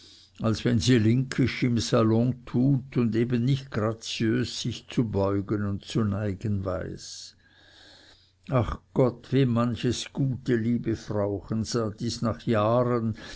als wenn sie linkisch im salon tut und eben nicht graziös sich zu beugen und zu neigen weiß ach gott wie manches gute liebe frauchen sah dies nach jahren